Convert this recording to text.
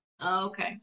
Okay